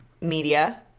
media